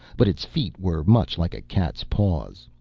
but its feet were much like a cat's paws.